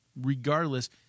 Regardless